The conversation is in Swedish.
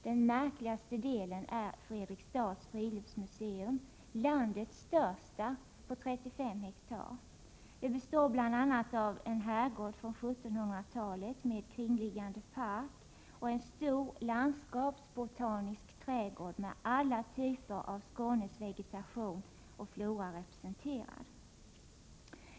Den märkligaste delen är Fredriksdals friluftsmuseum, landets största på 35 hektar. Det består bl.a. av en herrgård från 1700-talet med kringliggande park och en stor landskapsbotanisk trädgård med alla typer av Skånes vegetation och flora representerad.